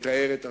לתאר את התחושה.